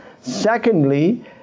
Secondly